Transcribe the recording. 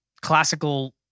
classical